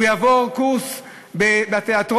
הוא יעבור קורס בתיאטרון,